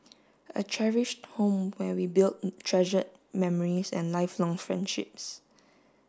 a cherished home where we build treasured memories and lifelong friendships